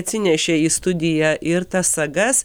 atsinešė į studiją ir tas sagas